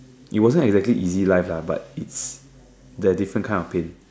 it wasn't exactly easy life lah but it's the different kind of pain